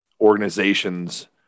organizations